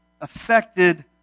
affected